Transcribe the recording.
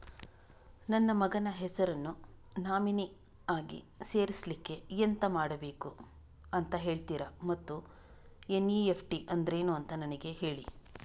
ನನ್ನ ಮಗನ ಹೆಸರನ್ನು ನಾಮಿನಿ ಆಗಿ ಸೇರಿಸ್ಲಿಕ್ಕೆ ಎಂತ ಮಾಡಬೇಕು ಅಂತ ಹೇಳ್ತೀರಾ ಮತ್ತು ಎನ್.ಇ.ಎಫ್.ಟಿ ಅಂದ್ರೇನು ಅಂತ ನನಗೆ ಹೇಳಿ